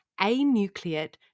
anucleate